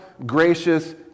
gracious